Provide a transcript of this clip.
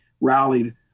rallied